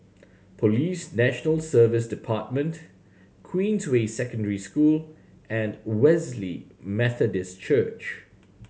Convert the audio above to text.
Police National Service Department Queensway Secondary School and Wesley Methodist Church